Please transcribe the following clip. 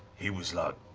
he was, like,